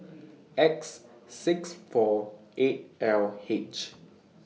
X six four eight L H